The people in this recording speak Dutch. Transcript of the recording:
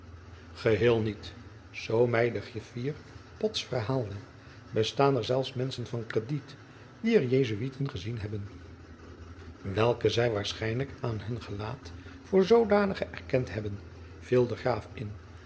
geheel niet zoo mij de griffier pots verhaalde bestaan er zelfs menschen van krediet die er jesuiten gezien hebben welke zij waarschijnlijk aan hun gelaat voor zoodanigen erkend hebben viel de graaf in